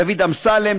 דוד אמסלם,